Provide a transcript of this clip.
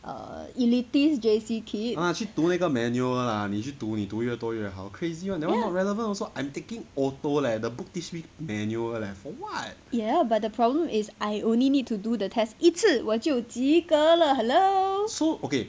err elitist J_C kid ya ya but the problem is I only need to do the test 一次我就及格了 hello